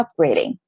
upgrading